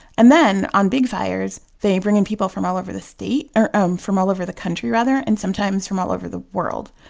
and then on big fires, they bring in people from all over the state um from all over the country, rather, and sometimes from all over the world.